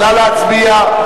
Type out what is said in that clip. נא להצביע.